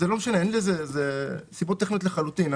זה סיבות טכניות לחלוטין.